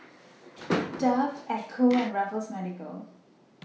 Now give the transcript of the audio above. Dove Ecco and Raffles Medical